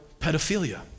pedophilia